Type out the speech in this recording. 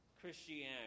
Christianity